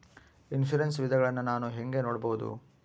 Insurance ವಿಧಗಳನ್ನ ನಾನು ಹೆಂಗ ನೋಡಬಹುದು?